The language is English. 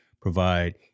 provide